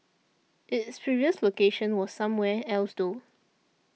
its previous location was somewhere else though